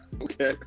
okay